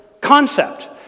Concept